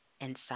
inside